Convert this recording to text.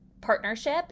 partnership